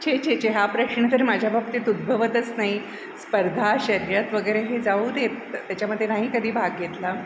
छे छे छे हा प्रश्न तर माझ्या बाबतीत उद्भवतच नाही स्पर्धा शर्यत वगैरे हे जाऊ देत त्याच्यामध्ये नाही कधी भाग घेतला